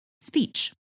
speech